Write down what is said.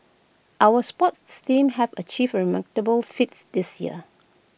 our sports teams have achieved remarkable feats this year